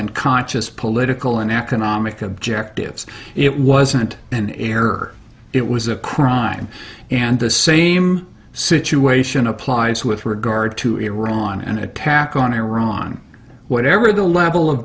and conscious political and economic objectives it wasn't an error it was a crime and the same situation applies with regard to iran an attack on iran whatever the level of